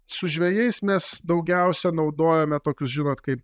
su žvejais mes daugiausia naudojame tokius žinot kaip